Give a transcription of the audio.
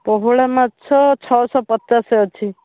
ପୋହଳା ମାଛ ଛଅଶହ ପଚାଶ ଅଛି